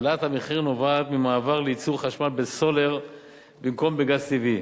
העלאת המחיר נובעת ממעבר לייצור חשמל בסולר במקום בגז טבעי,